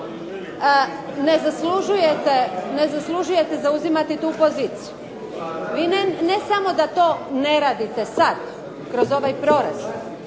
ne zaslužujete zauzimati tu poziciju. Vi ne samo da to ne radite sad, kroz ovaj proračun,